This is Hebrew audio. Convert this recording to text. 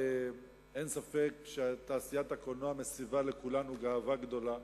אין ספק שתעשיית הקולנוע מסבה לכולנו גאווה גדולה.